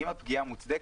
אם הפגיעה מוצדקת,